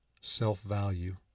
self-value